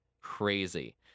crazy